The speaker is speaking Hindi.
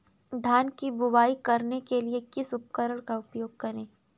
धान की बुवाई करने के लिए किस उपकरण का उपयोग करें?